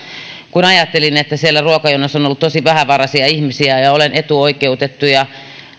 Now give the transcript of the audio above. kun ajattelin että siellä ruokajonossa on ollut tosi vähävaraisia ihmisiä ja olen etuoikeutettu